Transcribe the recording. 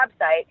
website